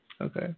okay